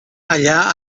allà